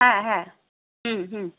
হ্যাঁ হ্যাঁ হুম হুম